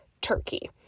Turkey